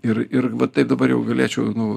ir ir va taip dabar jau galėčiau nu